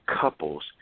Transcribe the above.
couples